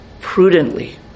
prudently